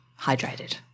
hydrated